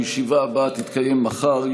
הישיבה הבאה תתקיים מחר,